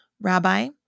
Rabbi